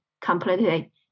completely